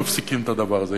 מפסיקים את הדבר הזה,